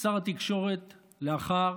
שר התקשורת לאחר